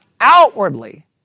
outwardly